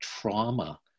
trauma